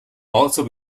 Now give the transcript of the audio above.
also